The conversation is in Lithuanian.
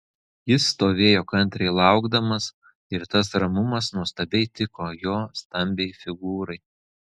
jis stovėjo kantriai laukdamas ir tas ramumas nuostabiai tiko jo stambiai figūrai